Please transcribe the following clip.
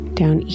down